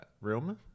room